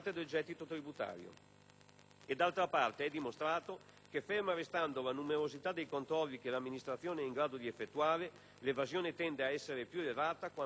D'altra parte, è dimostrato che, ferma restando la numerosità dei controlli che l'amministrazione è in grado di effettuare, l'evasione tende ad essere più elevata quanto più basse sono le sanzioni.